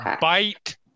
bite